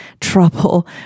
trouble